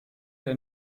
der